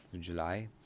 July